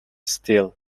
still